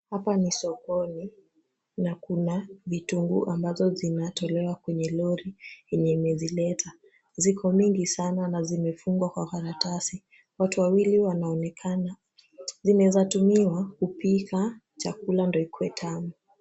Hapa ni sokoni na kuna vitunguu ambazo zinazotolewa kwenye lori yenye imezileta. Ziko mingi sana na zimefungwa kwa karatasi. Watu wawili wanaonekana. Zinawezatumiwa kupika chakula ndio ikuwe tamu.